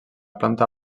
planta